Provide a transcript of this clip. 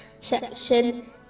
section